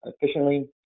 efficiently